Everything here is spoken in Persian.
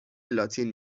لاتین